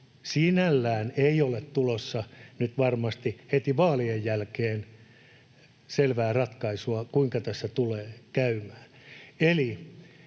sinällään ei ole tulossa varmasti heti vaalien jälkeen selvää ratkaisua, kuinka tässä tulee käymään.